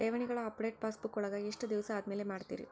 ಠೇವಣಿಗಳ update passbook ವಳಗ ಎಷ್ಟ ದಿವಸ ಆದಮೇಲೆ ಮಾಡ್ತಿರ್?